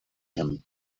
him